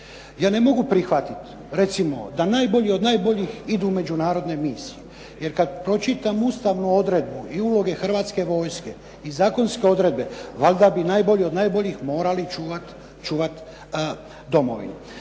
Ja ne mogu prihvatit, recimo, da najbolji od najboljih idu u međunarodne misije, jer kad pročitam ustavnu odredbu i uloge Hrvatske vojske i zakonske odredbe, onda bi najbolji od najboljih morali čuvat domovinu.